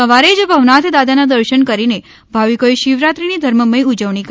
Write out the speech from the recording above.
સવારે જ ભવનાથ દાદાના દર્શન કરીને ભાવિકોએ શિવરાત્રીની ધર્મમય ઉજવણી કરી હતી